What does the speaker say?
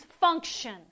function